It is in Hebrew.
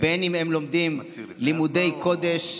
בין אם הם לומדים לימודי קודש,